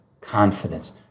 confidence